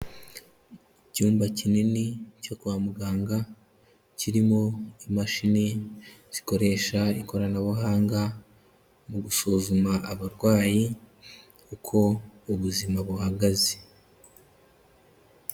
Icyumba kinini cyo kwa muganga kirimo imashini zikoresha ikoranabuhanga mu gusuzuma abarwayi uko ubuzima buhagaze.